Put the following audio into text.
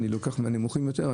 אני לוקח מהנמוכים יותר,